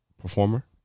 performer